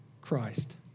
Christ